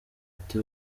ati